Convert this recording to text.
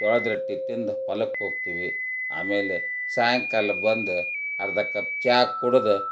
ಜೋಳದ ರೊಟ್ಟಿ ತಿಂದು ಹೊಲಕ್ಕೆ ಹೋಗ್ತೀವಿ ಆಮೇಲೆ ಸಾಯಂಕಾಲ ಬಂದ ಅರ್ಧ ಕಪ್ ಚಹಾ ಕುಡ್ದು